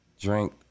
drink